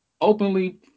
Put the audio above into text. openly